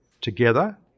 Together